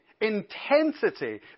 intensity